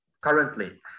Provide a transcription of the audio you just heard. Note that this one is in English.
currently